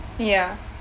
ya